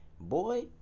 Boy